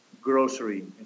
grocery